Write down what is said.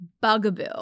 Bugaboo